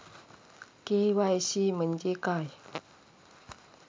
KYC म्हणजे काय?